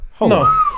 No